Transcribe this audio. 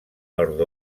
nord